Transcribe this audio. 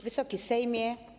Wysoki Sejmie!